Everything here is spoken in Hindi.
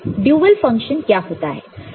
तो ड्यूल फंक्शन क्या होता है